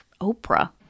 Oprah